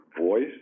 voice